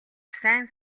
сайн